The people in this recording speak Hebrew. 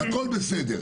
הכול בסדר.